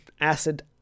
Acid